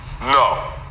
No